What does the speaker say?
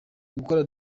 gukora